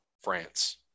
France